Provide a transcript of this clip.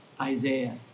Isaiah